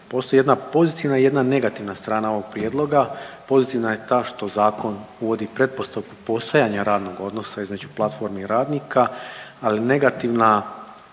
Postoji jedna pozitivna i jedna negativna strana ovog prijedloga. Pozitivna je ta što zakon uvodi pretpostavku postojanja radnog odnosa između platformi i radnika, ali negativna